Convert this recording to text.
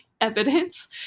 evidence